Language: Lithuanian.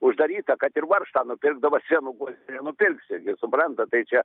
uždaryta kad ir varžtą nupirkt dabar senukuos nenupirksi gi suprantat tai čia